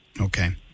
Okay